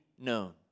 known